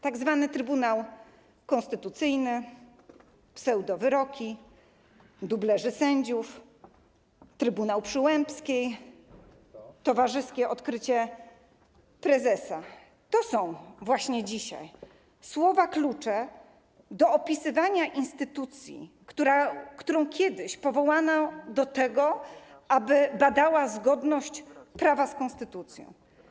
Tak zwany Trybunał Konstytucyjny, pseudowyroki, dublerzy sędziów, trybunał Przyłębskiej, towarzyskie odkrycie prezesa - to są dzisiaj słowa klucze do opisywania instytucji, którą kiedyś powołano do tego, aby badała zgodność prawa z konstytucją.